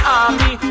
army